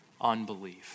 unbelief